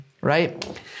right